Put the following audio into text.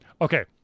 Okay